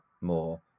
more